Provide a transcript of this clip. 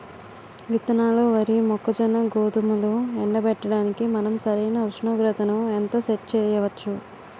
విత్తనాలు వరి, మొక్కజొన్న, గోధుమలు ఎండబెట్టడానికి మనం సరైన ఉష్ణోగ్రతను ఎంత సెట్ చేయవచ్చు?